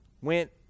went